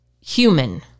human